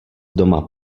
doma